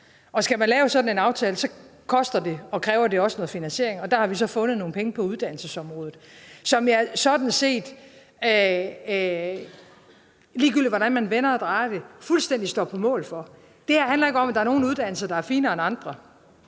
Skal man lave sådan en aftale, koster det og kræver noget finansiering, og der har vi så fundet nogle penge på uddannelsesområdet, som jeg sådan set, ligegyldigt hvordan man vender og drejer det, fuldstændig står på mål for. Det her handler ikke om, at der er nogle uddannelser, der er finere end andre.